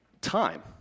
time